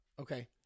Okay